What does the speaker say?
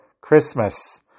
Christmas